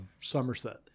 Somerset